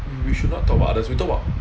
we should not talk about others we talk about